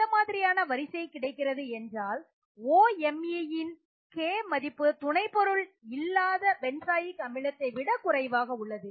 எந்த மாதிரியான வரிசை கிடைக்கிறது என்றால் OMe இன் K மதிப்பு துணை பொருள் இல்லாத பென்சாயிக் அமிலத்தை விட குறைவாக உள்ளது